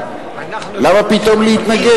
למה פתאום להתנגד